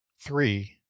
three